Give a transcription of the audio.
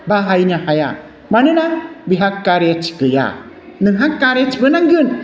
बाहायनो हाया मानोना बिहा कारेज गैया नोंहा कारेजबो नांगोन